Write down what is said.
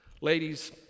Ladies